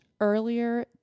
earlier